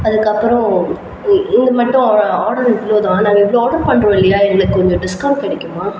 அதுக்கப்புறம் இந் இது மட்டும் ஆடர் இவ்வளோ தான் நாங்கள் இவ்வளோ ஆடர் பண்ணுறோம் இல்லையா எங்களுக்கு கொஞ்சம் டிஸ்கவுண்ட் கிடைக்குமா